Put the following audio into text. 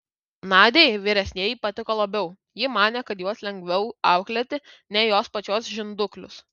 nadiai vyresnieji patiko labiau ji manė kad juos lengviau auklėti nei jos pačios žinduklius